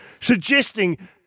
suggesting –